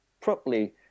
properly